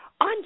on